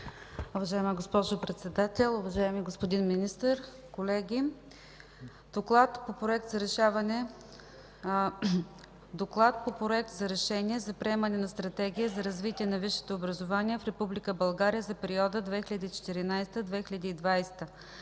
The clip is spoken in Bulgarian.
Уважаема госпожо Председател, уважаеми господин Министър, колеги! „ДОКЛАД по Проект за решение за приемане на Стратегия за развитие на висшето образование в Република България за периода 2014-2020 г.,